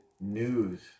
news